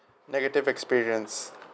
negative experience